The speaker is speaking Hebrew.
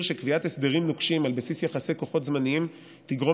שקביעת הסדרים נוקשים על בסיס יחסי כוחות זמניים תגרום